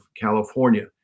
California